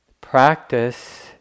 practice